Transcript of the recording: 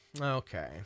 Okay